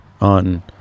on